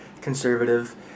conservative